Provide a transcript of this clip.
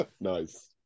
nice